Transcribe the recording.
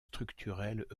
structurels